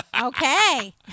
Okay